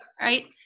Right